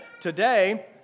Today